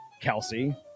Kelsey